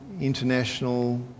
international